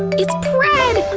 it's brad!